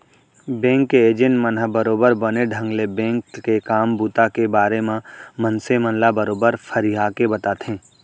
bank के agent मन ह बरोबर बने ढंग ले बेंक के काम बूता के बारे म मनसे मन ल बरोबर फरियाके बताथे